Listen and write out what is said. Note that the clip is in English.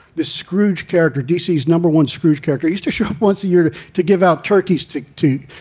the scrooge character, deasy's number one scrooge character, has to show up once a year to to give out turkeys to to